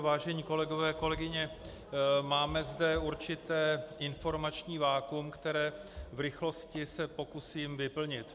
Vážení kolegové, kolegyně, máme zde určité informační vakuum, které se v rychlosti pokusím vyplnit.